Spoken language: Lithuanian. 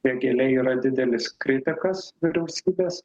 vėgėlė yra didelis kritikas vyriausybės